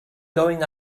going